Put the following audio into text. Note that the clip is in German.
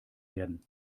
werden